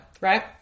right